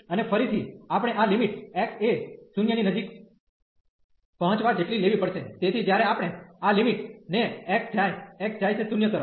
અને ફરીથી આપણે આ લિમિટ x એ 0 ની નજીક પહોંચવા જેટલી લેવી પડશે તેથી જ્યારે આપણે આ લિમિટ ને x જાય x જાય છે 0 તરફ